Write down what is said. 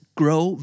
grow